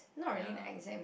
ya